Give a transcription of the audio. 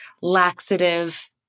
laxative